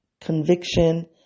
conviction